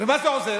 מה זה עוזר?